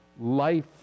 life